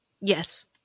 Yes